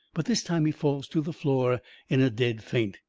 but this time he falls to the floor in a dead faint.